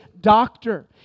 doctor